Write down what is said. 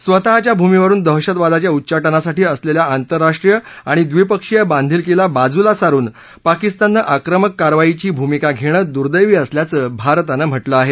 स्वतःच्या भूमीवरून दहशतवादाच्या उच्चाटनासाठी असलेल्या आंतरराष्ट्रीय आणि द्विपक्षीय बांधिलकीला बाजूला सारून पाकिस्ताननं आक्रमक कारवाईची भूमिका घेणं दुर्दैवी असल्याचं भारतान म्हटलं आहे